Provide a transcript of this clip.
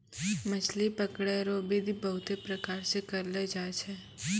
मछली पकड़ै रो बिधि बहुते प्रकार से करलो जाय छै